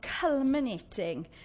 culminating